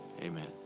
amen